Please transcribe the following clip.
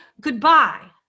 goodbye